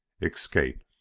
ESCAPE